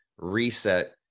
reset